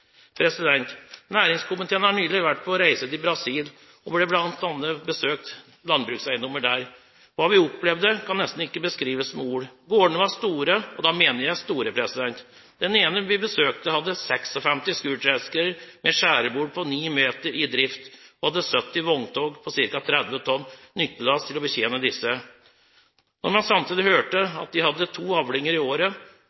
Næringskomiteen har nylig vært på reise til Brasil og bl.a. besøkt landbrukseiendommer der. Hva vi opplevde, kan nesten ikke beskrives med ord. Gårdene var store, og da mener jeg store. Den ene vi besøkte, hadde 56 skurtreskere med skjærebord på ni meter i drift og 70 vogntog på ca. 30 tonn nyttelast til å betjene disse. Når man samtidig